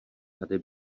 tady